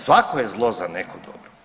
Svako je zlo za neko dobro.